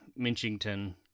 Minchington